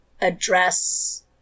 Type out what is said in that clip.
address